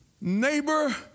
neighbor